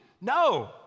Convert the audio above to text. No